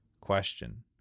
Question